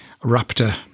raptor